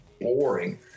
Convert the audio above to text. boring